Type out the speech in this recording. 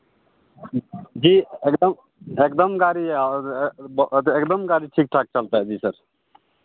जी एकदम एकदम गाड़ी और एकदम गाड़ी ठीक ठाक चलता है जी सर